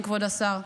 כבוד השר.